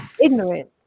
ignorance